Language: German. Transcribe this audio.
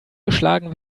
geschlagen